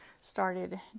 started